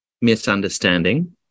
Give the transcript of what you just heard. misunderstanding